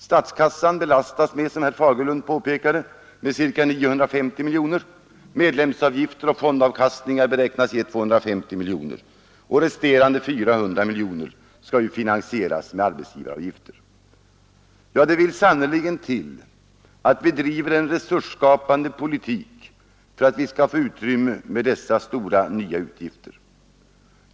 Statskassan belastas med, som herr Fagerlund påpekade, ca 950 miljoner kronor, medlemsavgifter och fondavkastningar beräknas ge 250 miljoner kronor, och resterande 400 miljoner skall finansieras med arbetsgivaravgifter. Det vill sannerligen till att vi driver en resursskapande politik för att vi skall få utrymme för dessa stora nya utgifter.